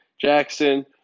Jackson